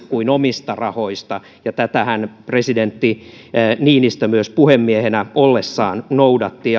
kuin omista rahoista ja tätähän presidentti niinistö myös puhemiehenä ollessaan noudatti